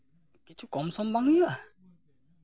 ᱠᱤᱪᱷᱩ ᱠᱚᱢᱥᱚᱢ ᱵᱟᱝ ᱦᱩᱭᱩᱜᱼᱟ